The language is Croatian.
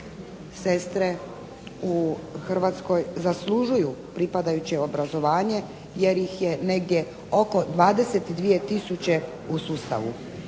sestre u Hrvatskoj zaslužuju pripadajuće obrazovanje jer ih je negdje oko 22 tisuće u sustavu.